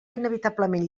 inevitablement